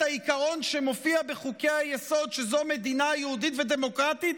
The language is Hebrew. העיקרון שמופיע בחוקי-היסוד שזאת מדינה יהודית ודמוקרטית?